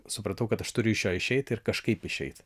supratau kad aš turiu iš jo išeit ir kažkaip išeit